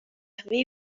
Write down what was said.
نحوه